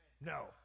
No